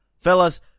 Fellas